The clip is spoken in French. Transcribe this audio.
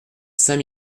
saint